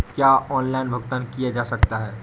क्या ऑनलाइन भुगतान किया जा सकता है?